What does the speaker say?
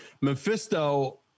Mephisto